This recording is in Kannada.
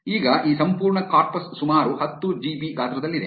ಈಗ ಈ ಸಂಪೂರ್ಣ ಕಾರ್ಪಸ್ ಸುಮಾರು ಹತ್ತು ಜಿಬಿ ಗಾತ್ರದಲ್ಲಿದೆ